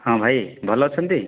ହଁ ଭାଇ ଭଲ ଅଛନ୍ତି